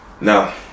now